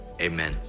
Amen